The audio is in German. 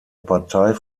partei